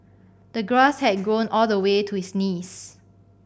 the grass had grown all the way to his knees